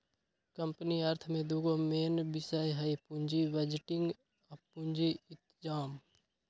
company अर्थ में दूगो मेन विषय हइ पुजी बजटिंग आ पूजी इतजाम